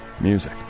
music